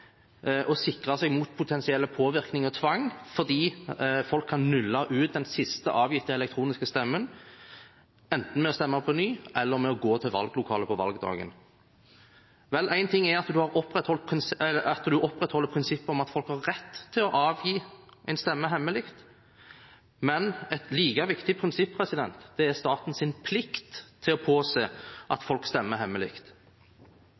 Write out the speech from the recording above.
seg mot potensiell påvirkning og tvang fordi folk kan nulle ut den siste avgitte elektroniske stemmen, enten ved å stemme på ny eller ved å gå til valglokalet på valgdagen. Én ting er at en opprettholder prinsippet om at folk har rett til å avgi en stemme hemmelig, men et like viktig prinsipp er statens plikt til å påse at folk stemmer hemmelig.